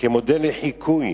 שכמודל לחיקוי